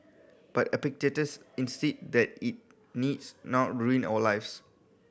but Epictetus insist that it needs not ruin our lives